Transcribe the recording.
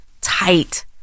tight